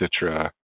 citra